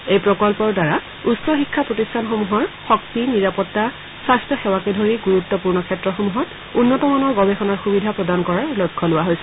এই প্ৰকল্পৰ দ্বাৰা উচ্চ শিক্ষা প্ৰতিষ্ঠানসমূহৰ শক্তি নিৰাপত্তা স্বাস্থ্যসেৱাকে ধৰি গুৰুত্বপূৰ্ণ ক্ষেত্ৰসমূহত উন্নতমানৰ গৱেষণাৰ সূবিধা প্ৰদান কৰাৰ লক্ষ্য লোৱা হৈছে